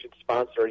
sponsor